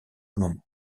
moment